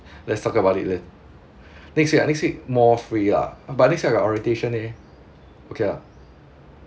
let's talk about it la~ then next week lah next week more free lah but next week our orientation leh okay ah